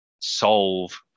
solve